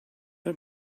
let